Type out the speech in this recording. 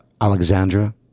Alexandra